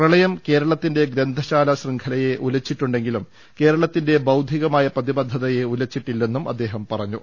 പ്രളയം കേരളത്തിന്റെ ഗ്രന്ഥശാല ശൃംഖലയെ ഉലച്ചിട്ടുണ്ടെങ്കിലും കേരളത്തിന്റെ ബൌദ്ധികമായ പ്രതിബദ്ധതയെ ഉലച്ചിട്ടില്ലെന്നും അദ്ദേഹം പ്രറഞ്ഞു